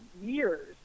years